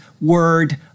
word